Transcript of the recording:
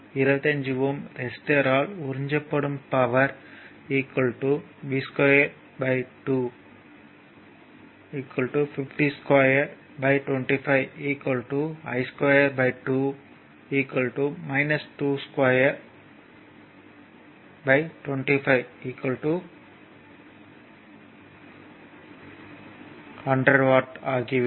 25 Ω ரெசிஸ்டர்யால் உறிஞ்சப்படும் power V2R 225 I2R 2 25 100 watt ஆகிவிடும்